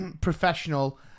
professional